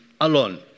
alone